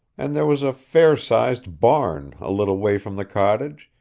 and there was a fair-sized barn a little way from the cottage,